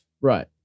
Right